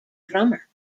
drummer